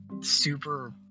super